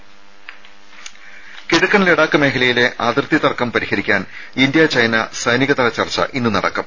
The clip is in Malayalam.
രുമ കിഴക്കൻ ലഡാക്ക് മേഖലയിലെ അതിർത്തി തർക്കം പരിഹരിക്കാൻ ഇന്ത്യ ചൈന സൈനികതല ചർച്ച ഇന്ന് നടക്കും